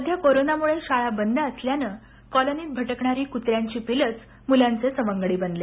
सध्या कोरोनामुळे शाळा बंद असल्याने कॉलनीत भटकणारी कुत्र्यांची पिलंच मुलांचे सवंगडी बनले